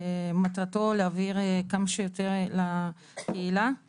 יכול להיות שהוא יעביר את זה לגורם השלישי והגורם השלישי יעשה עם זה.